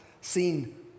seen